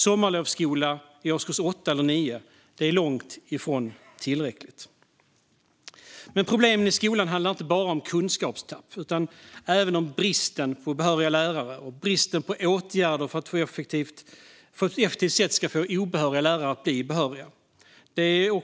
Sommarlovsskola i årskurs 8 eller 9 är långt ifrån tillräckligt. Men problemen i skolan handlar inte bara om kunskapstapp utan även om bristen på behöriga lärare och bristen på åtgärder för att på ett effektivt sätt få obehöriga lärare att bli behöriga.